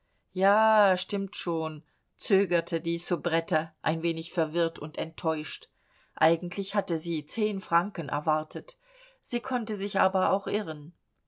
ja stimmt schon zögerte die soubrette ein wenig verwirrt und enttäuscht eigentlich hatte sie zehn franken erwartet sie konnte sich aber auch irren